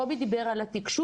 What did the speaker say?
קובי דיבר על התקשוב.